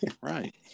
Right